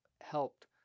helped